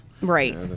right